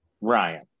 Ryan